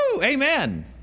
amen